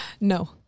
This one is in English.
No